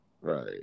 Right